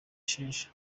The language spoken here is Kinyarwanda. sheja